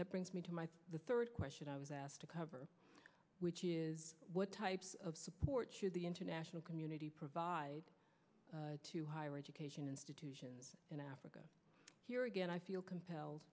that brings me to my the third question i was asked to cover which is what types of support should the international community provide to higher education institutions in africa again i feel compelled